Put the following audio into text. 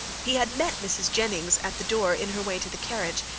he had met mrs. jennings at the door in her way to the carriage,